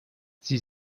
sie